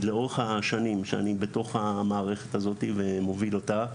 לאורך השנים שאני בתוך המערכת הזאת ומוביל אותה,